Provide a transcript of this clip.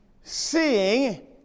Seeing